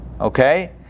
Okay